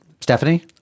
Stephanie